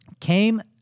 came